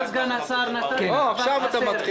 נתת עכשיו חסר.